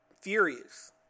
furious